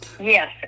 yes